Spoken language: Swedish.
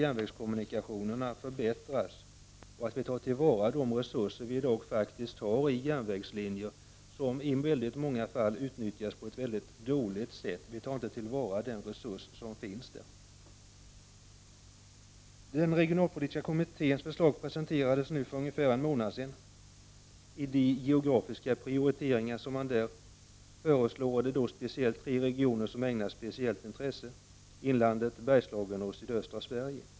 Järnvägskommunikationerna måste också förbättras, och vi måste se till att ta till vara de resurser vi i dag har när det gäller järnvägslinjer, som i många fall utnyttjas på ett mycket dåligt sätt. Den resurs som redan finns där utnyttjas inte. Den regionalpolitiska kommitténs förslag presenterades för ungefär en månad sedan. I de geografiska prioriteringar som man där föreslår är det speciellt tre regioner som ägnas speciellt intresse, inlandet, Bergslagen och sydöstra Sverige.